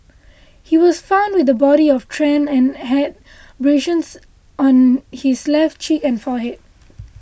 he was found with the body of Tran and had abrasions on his left cheek and forehead